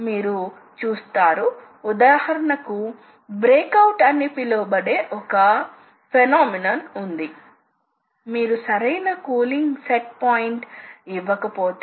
మరొక సాధనాన్ని బయటకు తెస్తుంది కాబట్టి ఈ మెటీరియల్ హ్యాండ్లింగ్ పని యంత్రం ద్వారా నిర్వహించబడుతుంది